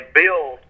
build